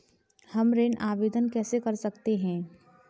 हम ऋण आवेदन कैसे कर सकते हैं?